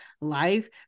life